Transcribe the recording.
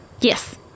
yes